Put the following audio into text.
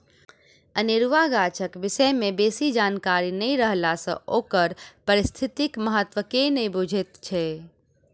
अनेरुआ गाछक विषय मे बेसी जानकारी नै रहला सँ ओकर पारिस्थितिक महत्व के नै बुझैत छी